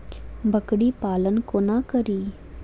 बकरी पालन कोना करि?